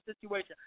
situation